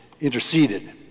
interceded